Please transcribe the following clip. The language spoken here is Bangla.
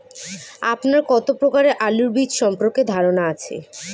আপনার কত প্রকারের আলু বীজ সম্পর্কে ধারনা আছে?